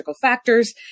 factors